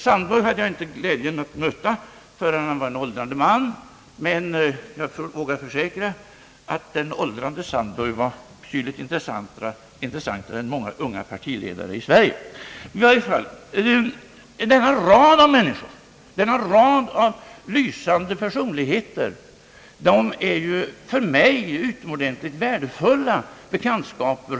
Sandburg hade jag inte tillfälle att möta förrän han var en åldrande man, men jag vågar försäkra att den åldrande Sandburg var betydligt intressantare än många unga partiledare i Sverige. Denna rad av människor, denna rad av lysande personligheter är för mig utomordentligt värdefulla bekantskaper.